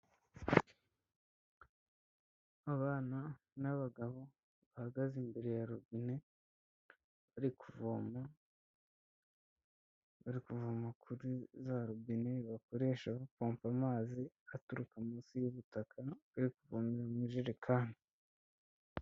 Abana n'abagabo bahagaze imbere ya robine bari kuvoma, bari kuvoma kuri za robine bakoresha bapompa amazi aturuka munsi y'ubutaka, bari kuvomerara mu ijerekani.